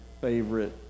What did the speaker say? favorite